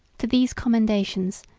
to these commendations,